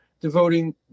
devoting